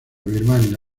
birmania